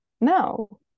no